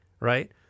Right